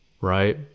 Right